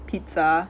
pizza